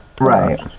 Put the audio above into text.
Right